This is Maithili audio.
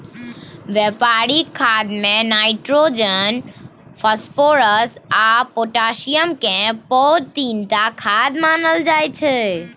बेपारिक खादमे नाइट्रोजन, फास्फोरस आ पोटाशियमकेँ पैघ तीनटा खाद मानल जाइ छै